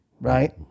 Right